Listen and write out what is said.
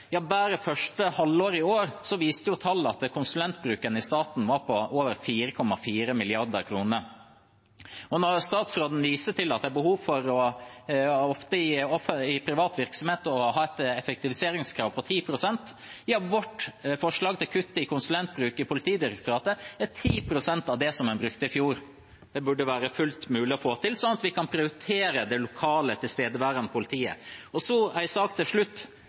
at det ofte i privat virksomhet er behov for å ha et effektiviseringskrav på 10 pst. – ja, vårt forslag til kutt i konsulentbruk i Politidirektoratet er på 10 pst. av det som en brukte i fjor. Det burde være fullt mulig å få til, sånn at vi kan prioritere det lokale, tilstedeværende politiet. Så en sak til slutt